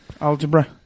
algebra